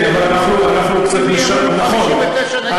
גם היום אי-אמון חייב להיות קונסטרוקטיבי,